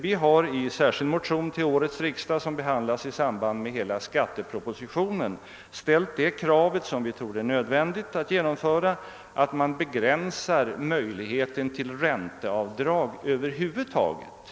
Vi har i en särskild motion till årets riksdag som behandlas i samband med <skattepropositionen ställt kravet — som vi tror är nödvändigt — att man begränsar möjligheten till ränteavdrag över huvud taget.